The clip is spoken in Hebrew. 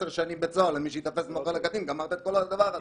10 שנים בית סוהר למי שייתפס מוכר לקטין וגמרת את כל העניין הזה.